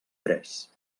tres